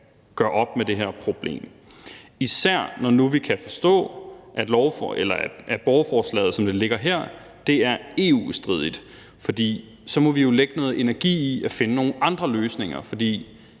gøre op med det her problem – især når vi nu kan forstå, at borgerforslaget, som det ligger her, er EU-stridigt, for så må vi jo lægge noget energi i at finde nogle andre løsninger. Jeg